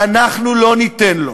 ואנחנו לא ניתן לו.